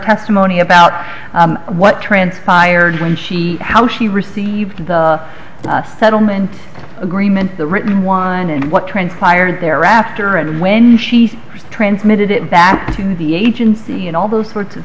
testimony about what transpired when she how she received the settlement agreement the written wind and what transpired there after and when she was transmitted it back to the agency and all those sorts of